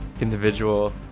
individual